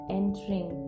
entering